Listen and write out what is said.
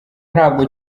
ntabwo